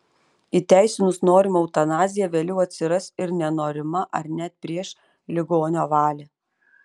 įteisinus norimą eutanaziją vėliau atsiras ir nenorima ar net prieš ligonio valią